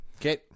Okay